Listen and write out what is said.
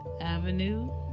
Avenue